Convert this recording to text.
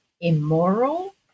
immoral